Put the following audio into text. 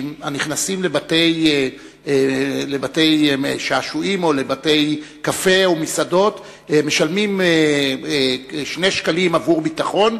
נכנסים לבתי-שעשועים או לבתי-קפה ומסעדות משלמים 2 שקלים עבור ביטחון,